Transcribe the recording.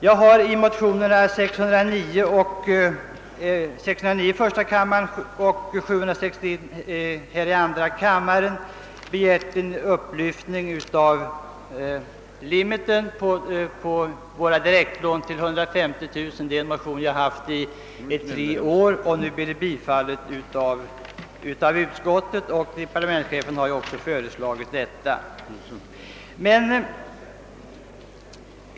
Jag har i motionerna 609 i första kammaren och 761 i andra kammaren begärt en höjning av limiten på våra direktlån till 150 000 kronor. Vi har haft denna motion i tre år. Nu blev den tillstyrkt av utskottet, och även departementschefen har gått på den linjen.